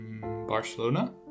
Barcelona